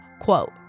quote